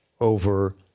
over